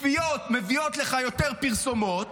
צפיות מביאות לך יותר פרסומות,